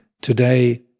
today